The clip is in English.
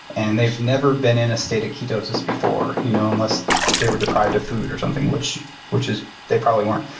and they've never been in a state of ketosis before, you know unless they were deprived of food or something, which which they probably weren't.